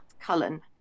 Cullen